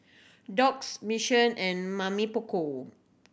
Doux Mission and Mamy Poko